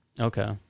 Okay